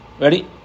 Ready